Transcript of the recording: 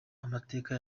amateka